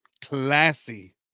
classy